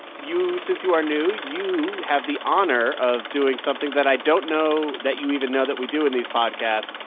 you since you are new, you have the honor of doing something that i don't know that you even know that we do in these podcasts.